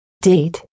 date